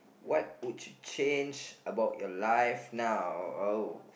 what would change about you life now oh